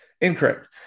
Incorrect